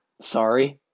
sorry